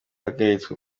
yahagaritse